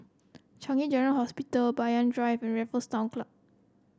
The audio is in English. Changi General Hospital Banyan Drive Raffles Town Club